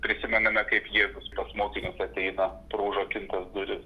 prisimename kaip jėzus mokinius ateina pro užrakintas duris